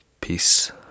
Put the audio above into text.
Peace